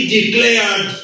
declared